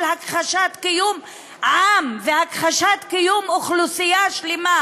של הכחשת קיום עם והכחשת קיום אוכלוסייה שלמה,